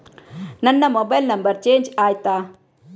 ನನ್ನ mobile number change ಆಯ್ತಾ?